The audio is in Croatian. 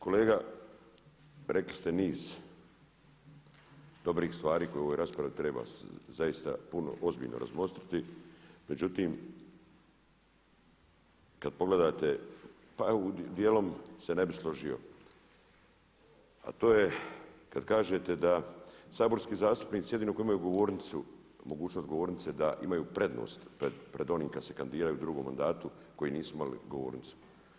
Kolega rekli ste niz dobrih stvari koje u ovoj raspravi treba zaista puno i ozbiljno razmotriti međutim kad pogledate pa evo dijelom se ne bih složio, a to je kad kažete da saborski zastupnici jedini koji imaju mogućnost govornice da imaju prednost pred onima kad se kandidiraju u drugom mandatu koji nisu imali govornicu.